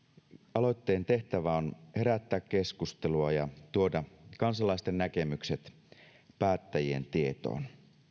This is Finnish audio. aloitteen tehtävä on herättää keskustelua ja tuoda kansalaisten näkemykset päättäjien tietoon